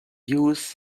views